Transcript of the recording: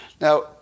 Now